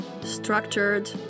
structured